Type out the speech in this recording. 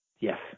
Yes